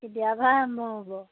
কেতিয়াৰপৰা আৰম্ভ হ'ব